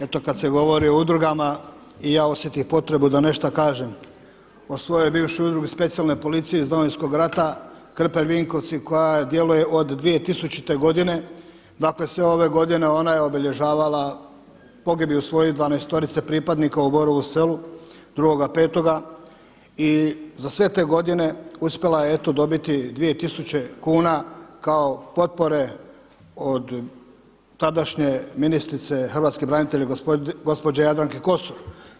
Eto kada se govori o udrugama i ja osjetih potrebu da nešta kažem o svojoj bivšoj Udrugi specijalne policije iz Domovinskog rata Krpelj Vinkovci koja djeluje od 2000. godine, dakle sve ove godine ona je obilježavala pogibiju svojih dvanaestorice pripadnika u Borovu Selu 2.5. i za sve te godine uspjela je dobiti dvije tisuće kuna kao potpore od tadašnje ministrice hrvatskih branitelja gospođe Jadranke Kosor.